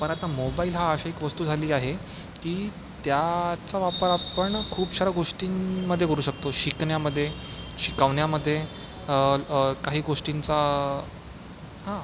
पर आता मोबाईल हा अशी एक वस्तू झालेली आहे की त्याचा वापर आपण खूप साऱ्या गोष्टींमध्ये करू शकतो शिकण्यामध्ये शिकवण्यामध्ये काही गोष्टींचा हां